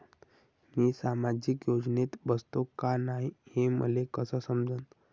मी सामाजिक योजनेत बसतो का नाय, हे मले कस समजन?